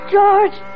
George